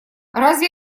разве